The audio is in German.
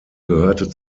gehörte